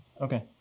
Okay